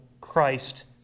Christ